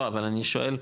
לא אבל אני שואל,